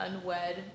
unwed